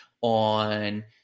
on